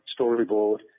storyboard